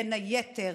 ובין היתר